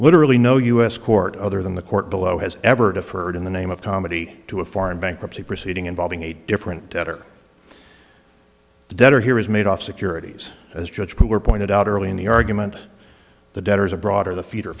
literally no us court other than the court below has ever deferred in the name of comedy to a foreign bankruptcy proceeding involving a different debtor the debtor here is made off securities as judge who were pointed out early in the argument the debtors abroad or the feed